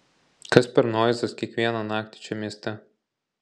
kas per noizas kiekvieną naktį čia mieste